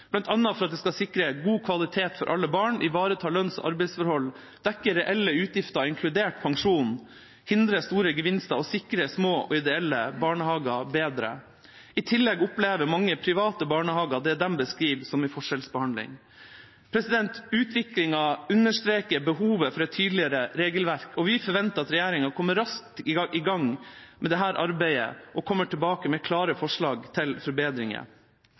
sikre god kvalitet for alle barn, ivareta lønns- og arbeidsforhold, dekke reelle utgifter inkludert pensjon, hindre store gevinster og sikre små og ideelle barnehager bedre. I tillegg opplever mange private barnehager det de beskriver som forskjellsbehandling. Utviklingen understreker behovet for et tydeligere regelverk, og vi forventer at regjeringa kommer raskt i gang med dette arbeidet og kommer tilbake med klare forslag til forbedringer.